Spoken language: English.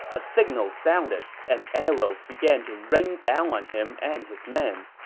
a signal sounded, and arrows began to rain down on him and his men.